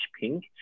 pink